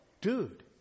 dude